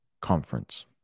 conference